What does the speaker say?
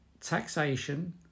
taxation